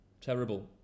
terrible